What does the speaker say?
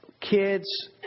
kids